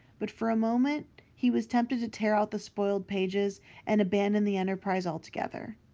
but for a moment he was tempted to tear out the spoiled pages and abandon the enterprise altogether.